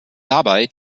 dabei